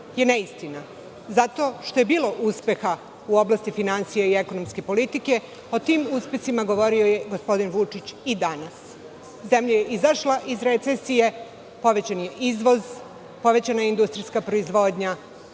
je neistina, zato što je bilo uspeha u oblasti finansija i ekonomske politike. O tim uspesima govorio je gospodin Vučić i danas. Zemlja je izašla iz recesije, povećan je izvoz, povećana je industrijska proizvodnja